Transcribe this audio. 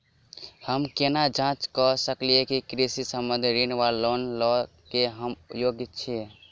हम केना जाँच करऽ सकलिये की कृषि संबंधी ऋण वा लोन लय केँ हम योग्य छीयै?